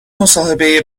مصاحبه